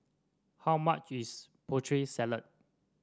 how much is Putri Salad